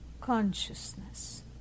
consciousness